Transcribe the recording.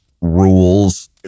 rules